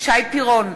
שי פירון,